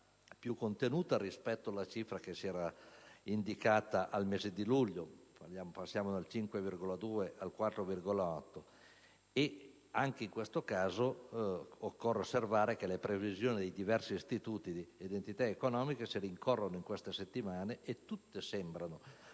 più contenuta rispetto a quanto indicato nel mese di luglio: passiamo dal 5,2 al 4,8, e anche in questo caso occorre osservare che le previsioni dei diversi istituti si rincorrono in queste settimane e tutte sembrano